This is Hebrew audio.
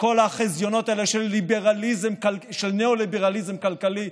שכל החזיונות האלה של ניאו-ליברליזם כלכלי,